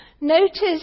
notice